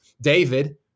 David